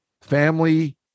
family